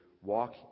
walk